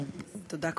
תודה.